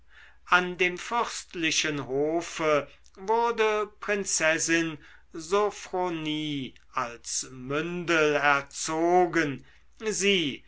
an dem fürstlichen hofe wurde prinzessin sophronie als mündel erzogen sie